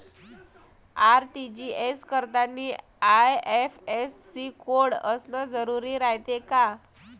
RTGS करतांनी IFSC code असन जरुरी रायते का?